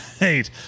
Right